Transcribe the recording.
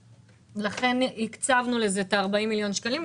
לכן הקצבנו לזה 40 מיליון שקלים,